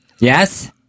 Yes